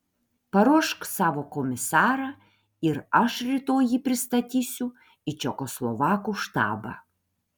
paruošk savo komisarą ir aš rytoj jį pristatysiu į čekoslovakų štabą